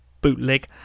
bootleg